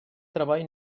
treball